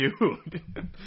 dude